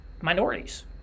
minorities